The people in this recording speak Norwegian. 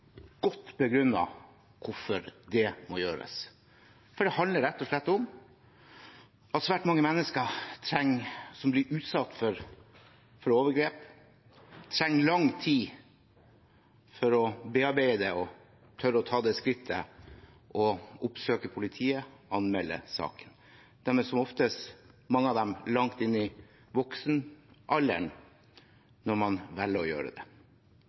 må gjøres, for det handler rett og slett om at svært mange mennesker som blir utsatt for overgrep, trenger lang tid for å bearbeide det og tørre å ta det skrittet – oppsøke politiet og anmelde saken. Mange av dem er langt inn i voksen alder når de velger å gjøre det.